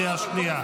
קריאה שנייה.